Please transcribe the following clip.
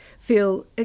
feel